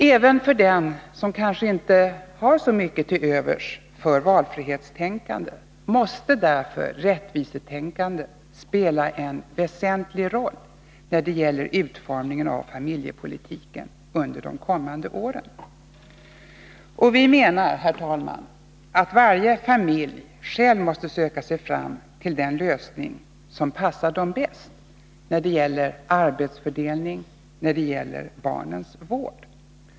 Även för dem som kanske inte har så mycket till övers för valfrihetstänkandet måste därför rättvisetänkandet spela en väsentlig roll när det gäller utformningen av familjepolitiken under de kommande åren. Herr talman! Vi menar att varje familj själv måste få söka sig fram till den lösning som passar den bäst när det gäller arbetsfördelning och när det gäller barnens vård.